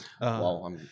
wow